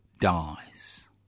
dies